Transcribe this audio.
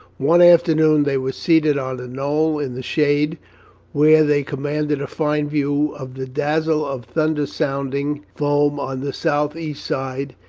one after noon they were seated on a knoll in the shade where they commanded a fine view of the dazzle of thunder sounding foam on the south-east side,